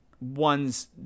ones